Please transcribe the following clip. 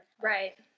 Right